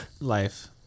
life